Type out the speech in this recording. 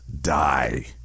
die